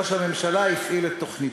ראש הממשלה הפעיל את תוכניתו.